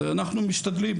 אנחנו משתדלים,